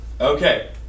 Okay